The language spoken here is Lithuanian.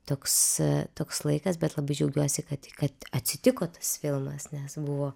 toks toks laikas bet labai džiaugiuosi kad kad atsitiko tas filmas nes buvo